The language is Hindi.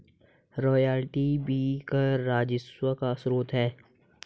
रॉयल्टी भी कर राजस्व का स्रोत है